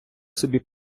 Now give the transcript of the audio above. собі